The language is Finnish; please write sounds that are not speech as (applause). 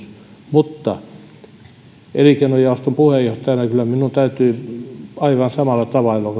mutta elinkeinojaoston puheenjohtajana kyllä minun täytyy aivan samalla tavalla (unintelligible)